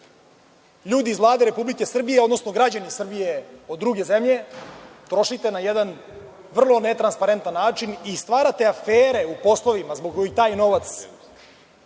ljudi iz Vlade Republike Srbije, odnosno građani Srbije od druge zemlje trošite na jedan vrlo netransparentan način i stvarate afere u poslovima zbog kojih taj novac